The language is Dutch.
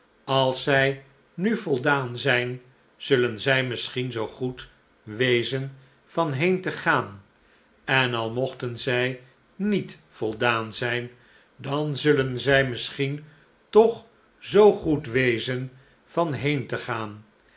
als zij nu voldaan zijn zullen zij misschien zoo goed wezen van heen te gaan en al mochten zij niet voldaan zijn da n zullen zij misschien toch zoo goed wezen van heen te gaan